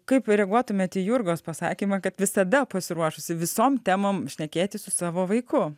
kaip reaguotumėt į jurgos pasakymą kad visada pasiruošusi visom temom šnekėtis su savo vaiku